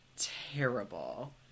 terrible